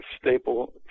staple